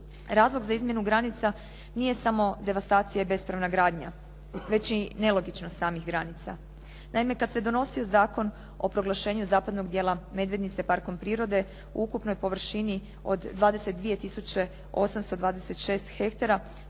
Razlog za izmjenu granica nije samo devastacija i bespravna gradnja, već i nelogičnost samih granica. Naime, kad se donosio Zakon o proglašenju zapadnog dijela Medvednice parkom prirode u ukupnoj površini od 22 tisuće 826 hektara